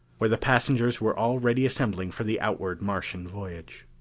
where the passengers were already assembling for the outward martian voyage.